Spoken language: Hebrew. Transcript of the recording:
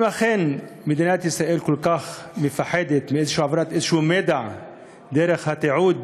אם אכן מדינת ישראל כל כך מפחדת מאיזשהי העברת איזשהו מידע דרך תיעוד